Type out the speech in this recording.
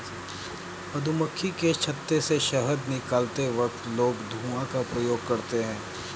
मधुमक्खी के छत्ते से शहद निकलते वक्त लोग धुआं का प्रयोग करते हैं